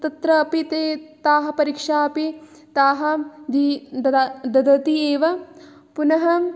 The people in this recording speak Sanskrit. तत्रापि ते ताः परीक्षाः अपि ताः ददति एव पुनः